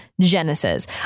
Genesis